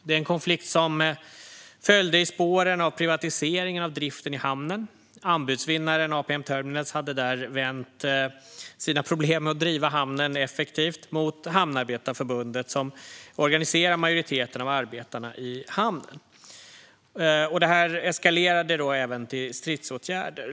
Det är en konflikt som följde i spåren av privatiseringen av driften i hamnen. Anbudsvinnaren APM Terminals hade där vänt sina problem med att driva hamnen effektivt mot Hamnarbetarförbundet, som organiserar majoriteten av arbetarna i hamnen. Detta eskalerade även till stridsåtgärder.